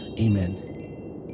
Amen